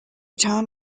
town